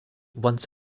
once